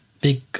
big